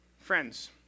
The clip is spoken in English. Friends